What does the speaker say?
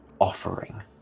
offering